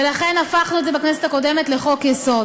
ולכן הפכנו את זה בכנסת הקודמת לחוק-יסוד.